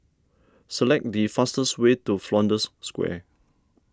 select the fastest way to Flanders Square